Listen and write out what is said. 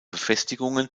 befestigungen